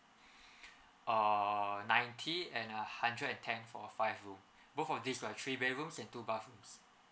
err ninety and a hundred and ten for a five room both of these who are three bedrooms and two bathrooms